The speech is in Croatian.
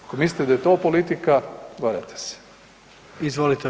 Ako mislite da je to politika, varate se.